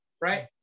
right